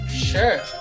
Sure